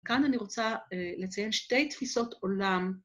כאן אני רוצה לציין שתי תפיסות עולם.